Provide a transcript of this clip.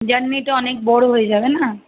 জার্নিটা অনেক বড় হবে যাবে না